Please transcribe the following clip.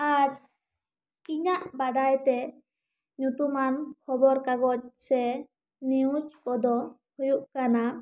ᱟᱨ ᱤᱧᱟᱹᱜ ᱵᱟᱰᱟᱭ ᱛᱮ ᱧᱩᱛᱩᱢᱟᱱ ᱠᱷᱚᱵᱚᱨ ᱠᱟᱜᱚᱡᱽ ᱥᱮ ᱱᱤᱭᱩᱡᱽ ᱠᱚ ᱫᱚ ᱦᱩᱭᱩᱜ ᱠᱟᱱᱟ